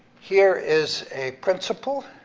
here is a principle,